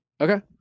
okay